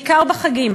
בעיקר בחגים,